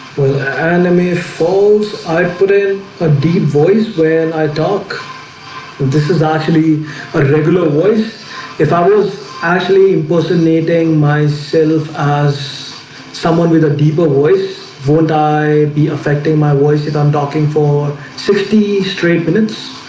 enemy folks i put in a deep voice when i talk but this is actually a regular voice if i was actually impersonating myself as someone with a deeper voice would and i be affecting my voice if i'm talking for sixty straight minutes?